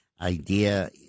idea